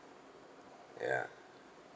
ya